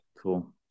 Cool